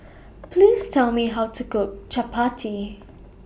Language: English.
Please Tell Me How to Cook Chapati